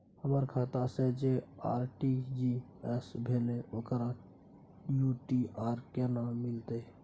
हमर खाता से जे आर.टी.जी एस भेलै ओकर यू.टी.आर केना मिलतै?